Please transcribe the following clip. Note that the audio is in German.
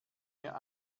mir